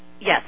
Yes